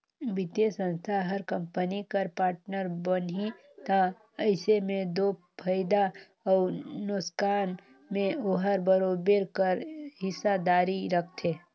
बित्तीय संस्था हर कंपनी कर पार्टनर बनही ता अइसे में दो फयदा अउ नोसकान में ओहर बरोबेर कर हिस्सादारी रखथे